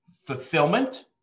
fulfillment